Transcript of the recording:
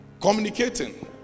communicating